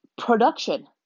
production